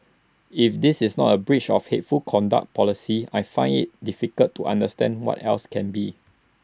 if this is not A breach of hateful conduct policy I find IT difficult to understand what else can be